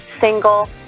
single